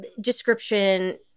description